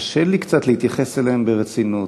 וקשה לי קצת להתייחס אליהם ברצינות.